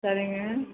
சரிங்க